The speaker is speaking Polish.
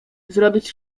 zrobić